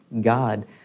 God